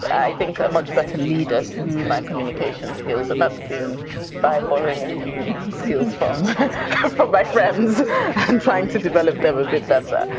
i think a much better leader through my communication skills. and that's been by borrowing a few skills from my friends and trying to develop them a bit better.